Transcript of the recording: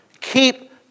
Keep